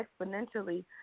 exponentially